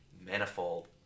manifold